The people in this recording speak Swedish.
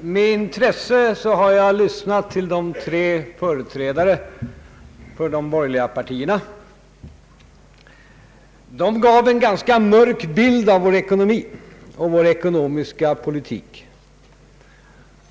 Med intresse har jag lyssnat till de tre företrädarna för de borgerliga partierna. De gav en ganska mörk bild av vår ekonomi och vår ekonomiska politik.